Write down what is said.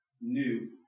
new